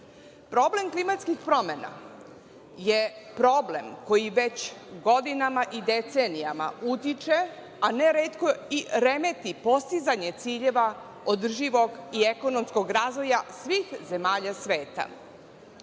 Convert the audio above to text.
Problem klimatskih promena je problem koji već godinama i decenijama utiče, a ne retko i remeti i postizanje ciljeva održivog i ekonomskog razvoja svih zemalja